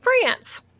France